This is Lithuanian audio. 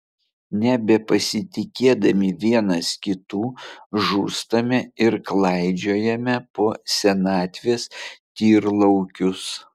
nebepasitikėdami vienas kitu žūstame ir klaidžiojame po vienatvės tyrlaukius